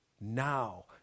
Now